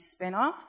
spinoff